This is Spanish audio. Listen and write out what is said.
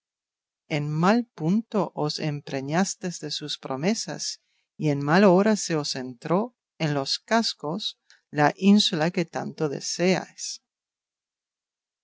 en mal punto os empreñastes de sus promesas y en mal hora se os entró en los cascos la ínsula que tanto deseáis